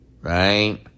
Right